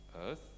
earth